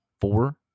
Four